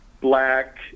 black